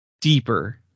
deeper